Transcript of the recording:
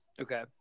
Okay